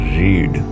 read